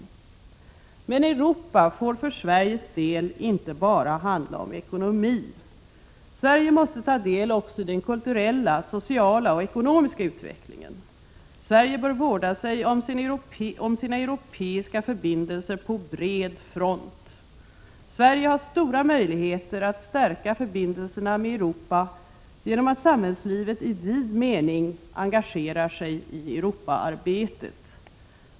Men samarbetet med Europa får för Sveriges del inte bara handla om ekonomi. Sverige måste ta del också i den kulturella, sociala och ekonomiska utvecklingen. Sverige bör vårda sig om sina europeiska förbindelser på bred front. Sverige har stora möjligheter att stärka förbindelserna med Europa genom att samhällslivet i vid mening engagerar sig i Europaarbetet.